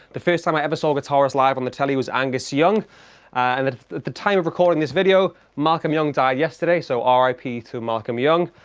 the first time i ever saw a guitar is live on the telly was angus young and that at the time of recording this video malcolm young died yesterday so r i p to malcolm young.